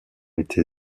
été